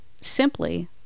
simply